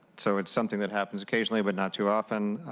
so it's something that happens occasionally, but not too often.